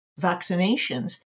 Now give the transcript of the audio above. vaccinations